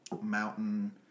mountain